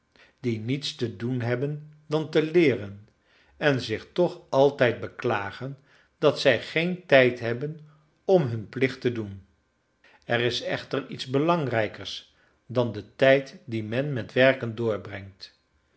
die niets te doen hebben dan te leeren en zich toch altijd beklagen dat zij geen tijd hebben om hun plicht te doen er is echter iets belangrijker dan de tijd dien men met werken doorbrengt